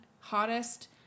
hottest